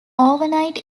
overnight